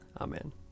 Amen